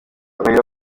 raila